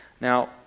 Now